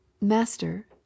master